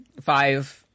Five